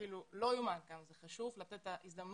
לא יאומן כמה חשוב לתת את ההזדמנות